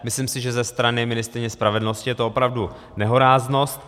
Myslím si, že ze strany ministryně spravedlnosti je to opravdu nehoráznost.